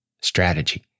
strategy